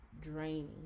draining